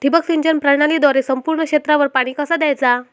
ठिबक सिंचन प्रणालीद्वारे संपूर्ण क्षेत्रावर पाणी कसा दयाचा?